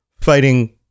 fighting